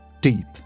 deep